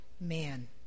man